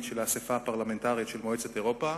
של האספה הפרלמנטרית של מועצת אירופה.